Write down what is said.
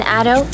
Addo